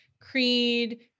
creed